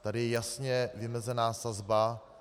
Tady je jasně vymezena sazba.